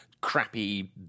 crappy